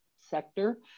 sector